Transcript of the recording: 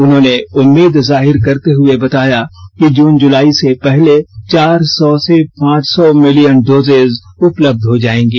उन्होंने उम्मीद जाहिर करते हुए बताया कि जून जुलाई से पहले चार सौ से पांच सौ मिलियन डोजेज उपलब्ध हो जाएंगी